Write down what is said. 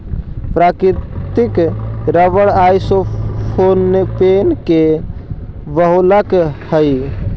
प्राकृतिक rubber isopropene के बहुलक हई